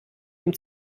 dem